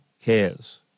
cares